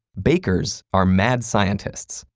bakers are mad scientists.